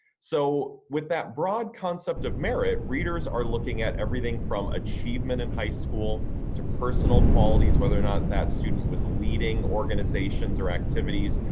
so with that broad concept of merit, readers are looking at everything from achievement in high school to personal qualities whether or not that student was leading organizations or activities,